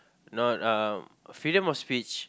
not uh freedom of speech